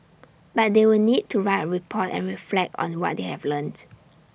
but they would need to write A report and reflect on what they have learnt